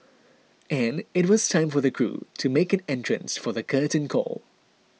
and it was time for the crew to make an entrance for the curtain call